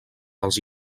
dels